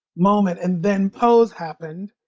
moment. and then pose happened.